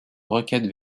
requête